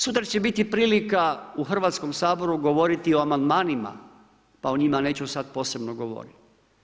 Sutra će biti prilika u Hrvatskom saboru govoriti o amandmanima pa o njima neću sad posebno govoriti.